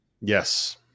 yes